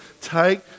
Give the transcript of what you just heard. take